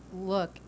look